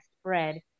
spread